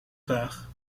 vraag